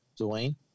Dwayne